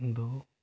दो